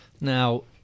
Now